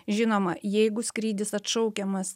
žinoma jeigu skrydis atšaukiamas